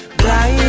blind